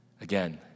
Again